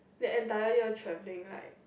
that entire year travelling like